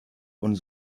und